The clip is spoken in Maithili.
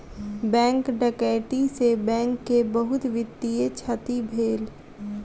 बैंक डकैती से बैंक के बहुत वित्तीय क्षति भेल